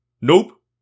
Nope